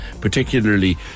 particularly